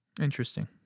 Interesting